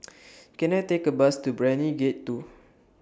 Can I Take A Bus to Brani Gate two